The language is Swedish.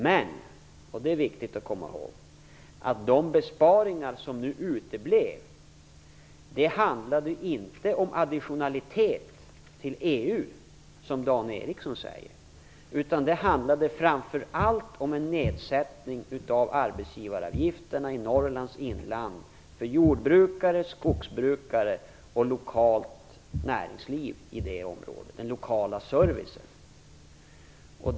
Men det är viktigt att komma ihåg att de besparingar som uteblev inte handlade om additionalitet till EU, som Dan Ericson säger, utan framför allt om en nedsättning av arbetsgivaravgifterna i Norrlands inland för jordbrukare, för skogsbrukare och för det lokala näringslivet i det området, alltså för den lokala servicen.